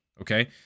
Okay